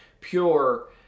pure